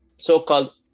so-called